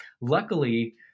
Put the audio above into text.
Luckily